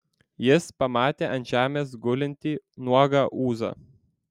jis pamatė ant žemės gulintį nuogą ūzą